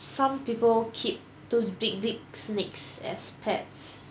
some people keep those big big snakes as pets